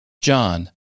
John